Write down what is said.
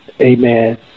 Amen